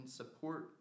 support